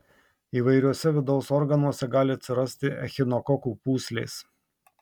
įvairiuose vidaus organuose gali atsirasti echinokokų pūslės